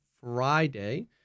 Friday